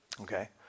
Okay